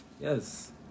yes